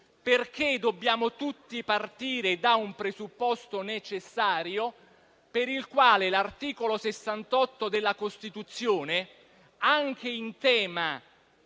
Dobbiamo tutti partire da un presupposto necessario per il quale l'articolo 68 della Costituzione, anche in tema